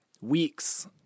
weeks